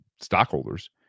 stockholders